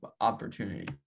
opportunity